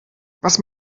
was